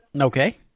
Okay